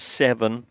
seven